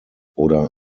oder